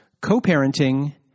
co-parenting